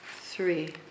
three